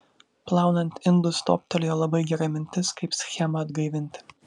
plaunant indus toptelėjo labai gera mintis kaip schemą atgaivinti